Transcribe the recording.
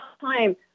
time